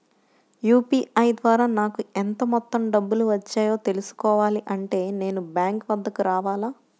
UPI ద్వారా నాకు ఎంత మొత్తం డబ్బులు వచ్చాయో తెలుసుకోవాలి అంటే నేను బ్యాంక్ వద్దకు రావాలా?